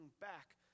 back